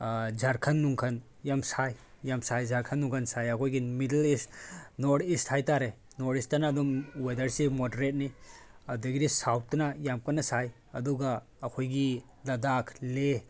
ꯖꯥꯔꯈꯟ ꯅꯨꯡꯈꯟ ꯌꯥꯝ ꯁꯥꯏ ꯌꯥꯝ ꯁꯥꯏ ꯖꯥꯔꯈꯟ ꯅꯨꯡꯈꯟ ꯁꯥꯏ ꯑꯩꯈꯣꯏꯒꯤ ꯃꯤꯗꯜ ꯏꯁ ꯅꯣꯔꯠ ꯏꯁ ꯍꯥꯏꯇꯥꯔꯦ ꯅꯣꯔꯠ ꯏꯁꯇꯅ ꯑꯗꯨꯝ ꯋꯦꯗꯔꯁꯦ ꯃꯣꯗꯔꯦꯠꯅꯤ ꯑꯗꯒꯤꯗꯤ ꯁꯥꯎꯠꯇꯅ ꯌꯥꯝ ꯀꯟꯅ ꯁꯥꯏ ꯑꯗꯨꯒ ꯑꯩꯈꯣꯏꯒꯤ ꯂꯥꯗꯥꯛ ꯂꯦ